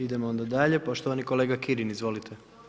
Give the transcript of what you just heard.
Idemo onda dalje, poštovani kolega Kirin, izvolite.